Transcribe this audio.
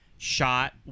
Shot